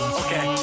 okay